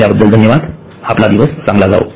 ऐकल्याबद्दल धन्यवाद आपला दिवस चांगला जावो